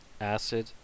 acid